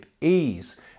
ease